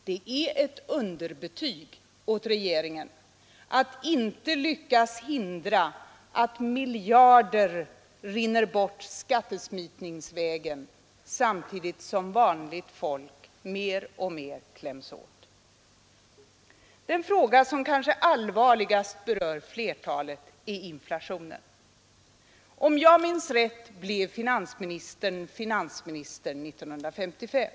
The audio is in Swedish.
Det är ett underbetyg åt regeringen att den inte lyckats hindra att miljarder rinner bort skattesmitningsvägen, samtidigt som vanligt folk mer och mer kläms åt. Den fråga som kanske allvarligast berör flertalet är inflationen. Om jag minns rätt blev herr Sträng finansminister 1955.